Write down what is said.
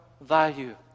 value